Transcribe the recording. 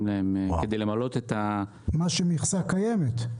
ממכסה קיימת?